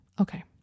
Okay